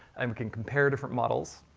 um can compare different models.